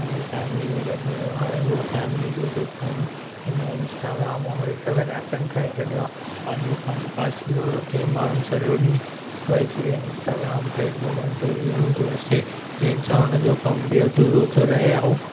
पंहिंजी फ़ैमिली खे ॾींदो हो हाणे उहो फ़ैमिली जो को टाइमु हिन इंस्टाग्राम ऐं इहे सभिनि ऐपनि खणी छॾियो आहे पंहिंजो कमु पासीरो रखे माण्हू सॼो ॾीहुं वेही करे इंस्टाग्राम फेसबुकनि ते रीलूं तो ॾिसे जंहिं सां हुननि जो कमु बि अधूरो थो रहे ऐं